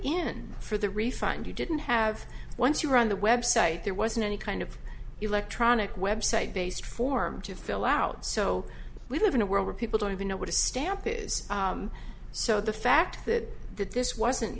in for the refund you didn't have once you were on the web site there wasn't any kind of electronic website based form to fill out so we live in a world where people don't even know what a stamp is so the fact that that this wasn't